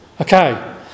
Okay